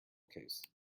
case